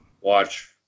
Watch